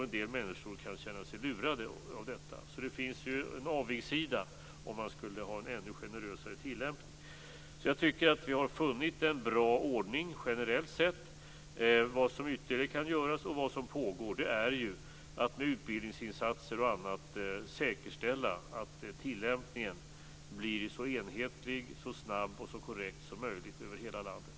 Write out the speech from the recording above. En del människor kan känna sig lurade av detta. Det finns således en avigsida med att ha en ännu generösare tillämpning. Jag tycker således att vi generellt sett har funnit en bra ordning. Vad som ytterligare kan göras och vad som pågår är att med utbildningsinsatser och annat säkerställa att tillämpningen blir så enhetlig, snabb och korrekt som möjligt över hela landet.